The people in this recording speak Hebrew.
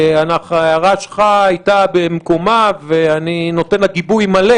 ההערה שלך הייתה במקומה ואני נותן לה גיבוי מלא.